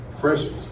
freshmen